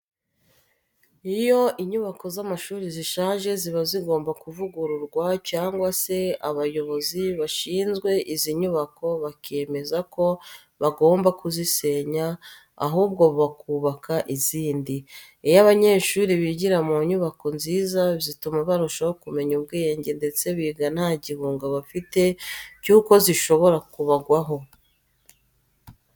Iyo inyubako z'amashuri zishaje ziba zigomba kuvugururwa cyangwa se abayobozi bashinzwe izi nyubako bakemeza ko bagomba kuzisenya ahubwo bakubaka izindi. Iyo abanyeshuri bigira mu nyubako nziza bituma barushaho kumenya ubwenge ndetse biga nta gihunga bafite cyuko zishobora kubagwaho.